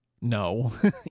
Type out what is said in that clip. No